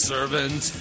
Servant